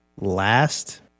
Last